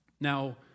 Now